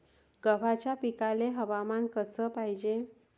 गव्हाच्या पिकाले हवामान कस पायजे?